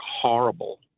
horrible